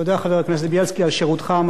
על שירותך המסור בכנסת ישראל,